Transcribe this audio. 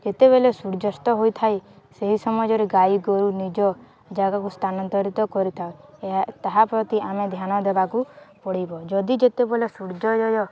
ଯେତେବେଳେ ସୂର୍ଯ୍ୟାସ୍ତ ହୋଇଥାଏ ସେହି ସମୟରେ ଗାଈ ଗୋରୁ ନିଜ ଜାଗାକୁ ସ୍ଥାନାନ୍ତରିତ କରିଥାଉ ଏହା ତାହା ପ୍ରତି ଆମେ ଧ୍ୟାନ ଦେବାକୁ ପଡ଼ିବ ଯଦି ଯେତେବେଳେ ସୂର୍ଯ୍ୟଦୟ